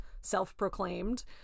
self-proclaimed